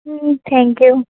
hmm thank you